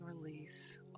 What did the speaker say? release